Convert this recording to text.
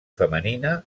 femenina